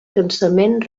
cansament